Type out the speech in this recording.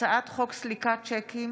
הצעת חוק סליקת שיקים